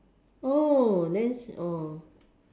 oh then oh